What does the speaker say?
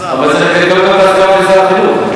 לאברכים והסטודנטים יקבלו מה שהאברכים מקבלים.